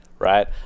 right